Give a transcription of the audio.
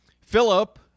Philip